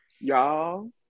y'all